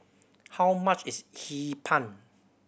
how much is Hee Pan